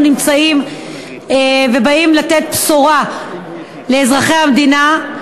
נמצאים ובאים לתת בשורה לאזרחי המדינה,